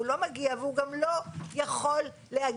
הוא לא מגיע והוא גם לא יכול להגיע,